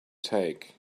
take